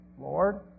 Lord